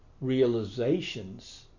realizations